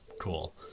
Cool